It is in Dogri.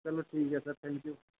चलो ठीक ऐ सर थैंक यू